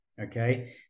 okay